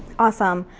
awesome,